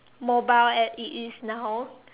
mobile as it is now